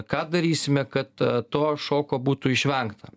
ką darysime kad to šoko būtų išvengta